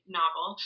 novel